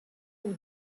aux